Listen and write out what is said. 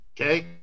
Okay